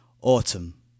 Autumn